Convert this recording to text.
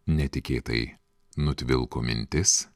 netikėtai nutvilko mintis